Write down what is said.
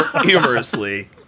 Humorously